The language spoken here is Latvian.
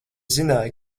zināju